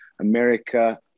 America